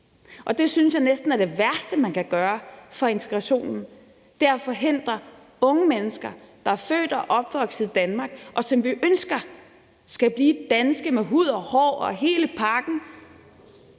det synes jeg næsten er det værste, man kan gøre for integrationen; det er at holde unge mennesker, der er født og opvokset i Danmark, og som vi ønsker skal blive danske med hud og hår og hele pakken,